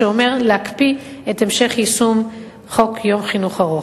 שאומר להקפיא את המשך יישום חוק יום חינוך ארוך.